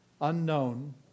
unknown